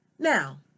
Now